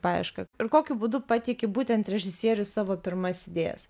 paiešką ir kokiu būdu pateiki būtent režisieriui savo pirmas idėjas